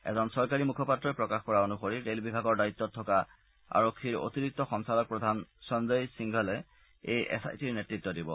এজন চৰকাৰী মূখপাত্ৰই প্ৰকাশ কৰা অনুসৰি ৰেল বিভাগৰ দায়িত্বত থকা আৰক্ষীৰ অতিৰিক্ত সঞ্চালকপ্ৰধান সঞ্জয় সিংঘলে এই এছ আই টিৰ নেত়ত্ব দিব